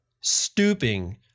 stooping